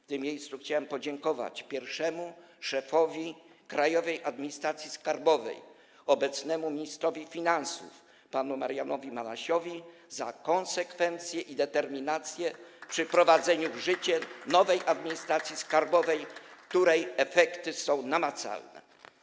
W tym miejscu chciałem podziękować pierwszemu szefowi Krajowej Administracji Skarbowej, obecnemu ministrowi finansów panu Marianowi Banasiowi za konsekwencję i determinację przy wprowadzaniu w życie nowej administracji skarbowej, której efekty działania są namacalne.